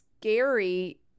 scary